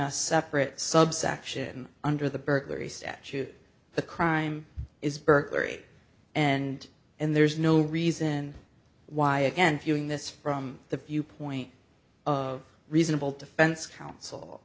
a separate subsection under the burglary statute the crime is burglary and and there's no reason why again feeling this from the viewpoint of reasonable defense counsel